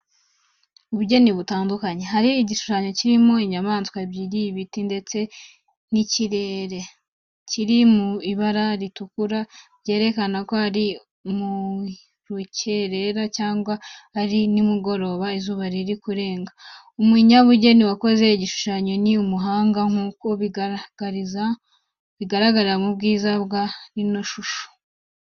Ubugeni butandukanye, ahari igishushanyo kirimo inyamaswa ebyeri, ibiti ndetse n'ikirere, kiri mu ibara ritukura byerekana ko ari mu rukerera cyangwa ari nimugoroba izuba riri kurenga. Umunyabugeni wakoze iki gishushanyo ni umuhanga nk'uko bigaragarira mu bwiza bwa rino shusho.